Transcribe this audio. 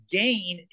gain